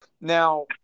Now